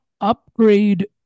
upgrade